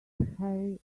harry